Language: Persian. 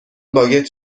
باگت